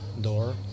door